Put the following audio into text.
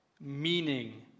meaning